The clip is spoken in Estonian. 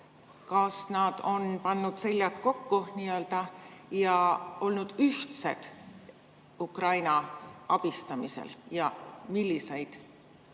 Kas nad on pannud seljad kokku ja olnud ühtsed Ukraina abistamisel? Milliseid